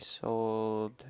sold